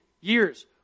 years